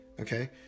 okay